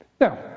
Now